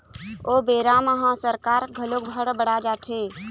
ओ बेरा म सरकार ह घलोक हड़ बड़ा जाथे